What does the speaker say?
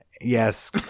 Yes